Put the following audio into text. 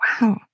Wow